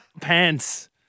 pants